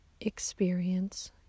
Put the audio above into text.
experience